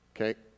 Okay